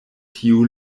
tiu